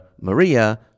Maria